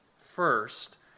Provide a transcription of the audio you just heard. first